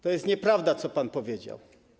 To jest nieprawda, co pan powiedział.